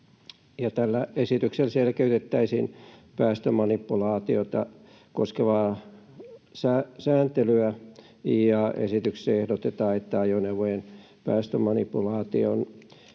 Tällä esityksellä selkeytettäisiin päästömanipulaatiota koskevaa sääntelyä. Esityksessä ehdotetaan, että ajoneuvojen päästömanipulaatioon